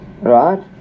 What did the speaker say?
Right